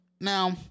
Now